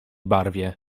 barwie